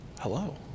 Hello